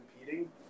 competing